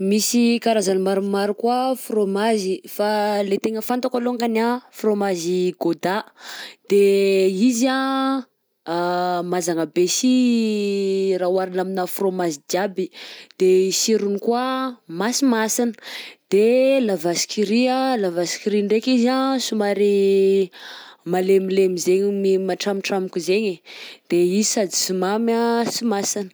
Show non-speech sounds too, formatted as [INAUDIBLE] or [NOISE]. Misy karazany maromaro koa frômazy fa lay tegna fantako alongany anh frômazy gouda, de izy anh [HESITATION] mazagna be si [HESITATION] raha oharina aminà frômazy jiaby, de i sirogny koà masimasina, de la vache qui rit anh la vache qui rit ndraiky izy somary malemilemy zaigny me- matramotramoka zaigny, de izy sady tsy mamy tsy masina.